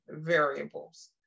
variables